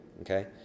okay